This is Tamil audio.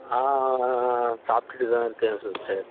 ஆ ஆ சாப்பிட்டுட்டு தான் இருக்கேன் சிஸ்டர்